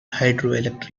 hydroelectric